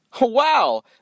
Wow